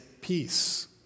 peace